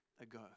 ago